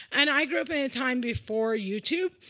and i grew up in a time before youtube.